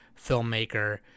filmmaker